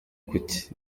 kuki